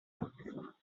two